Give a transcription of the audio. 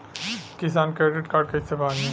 किसान credit card कइसे बानी?